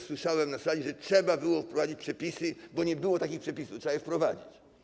Słyszałem na sali, że trzeba było wprowadzić przepisy, bo nie było takich przepisów i trzeba je było wprowadzić.